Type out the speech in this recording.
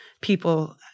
people